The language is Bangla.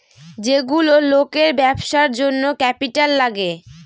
যেগুলো লোকের ব্যবসার জন্য ক্যাপিটাল লাগে